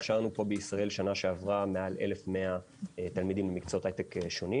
הכשרנו פה בישראל בשנה שעברה מעל 1,100 תלמידים במקצועות הייטק שונים.